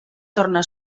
torna